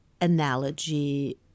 analogy